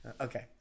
Okay